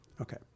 Okay